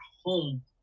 home